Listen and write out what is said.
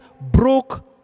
broke